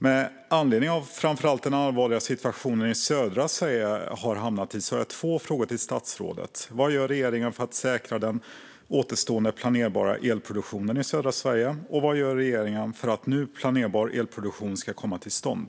Med anledning av framför allt den allvarliga situation södra Sverige har hamnat i har jag två frågor till statsrådet: Vad gör regeringen för att säkra den återstående planerbara elproduktionen i södra Sverige, och vad gör regeringen för att ny planerbar elproduktion ska komma till stånd?